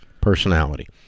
personality